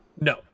no